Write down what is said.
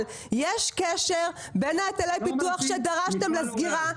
שיש קשר בין היטלי הפיתוח שדרשתם לסגירה,